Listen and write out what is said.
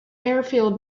airfield